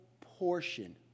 portion